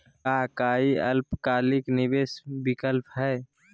का काई अल्पकालिक निवेस विकल्प हई?